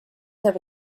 have